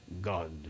God